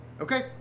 Okay